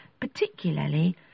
particularly